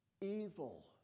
evil